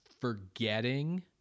forgetting